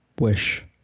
Wish